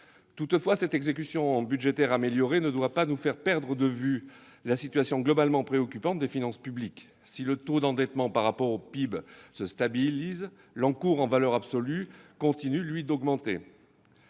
Toutefois, cette exécution budgétaire améliorée ne doit pas nous faire perdre de vue la situation globalement préoccupante des finances publiques. Si le taux d'endettement par rapport au PIB se stabilise, l'encours en valeur absolue continue, lui, d'augmenter.